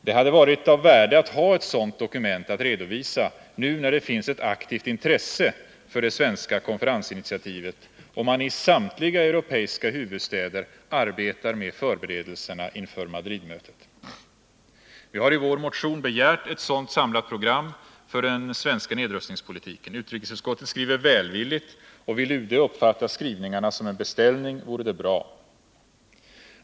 Det hade varit av värde att ha ett sådant dokument att redovisa nu när det finns ett aktivt intresse för det svenska konferensinitiativet och man i samtliga europeiska huvudstäder arbetar med förberedelserna inför Madridmötet. Vi har i vår motion begärt ett sådant samlat program för den svenska nedrustningspolitiken. Utrikesutskottet skriver välvilligt, och vill UD uppfatta skrivningarna som en beställning vore det bra.